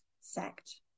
sect